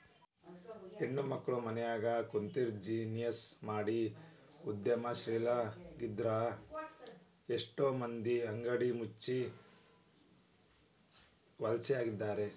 ಹೆಣ್ಮಕ್ಳು ಮನ್ಯಗ ಕುಂತ್ಬಿಜಿನೆಸ್ ಮಾಡಿ ಉದ್ಯಮಶೇಲ್ರಾಗಿದ್ರಿಂದಾ ಎಷ್ಟೋ ಮಂದಿ ಅಂಗಡಿ ಮುಚ್ಚಿ ಲಾಸ್ನ್ಯಗಿದ್ದಾರ